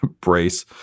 brace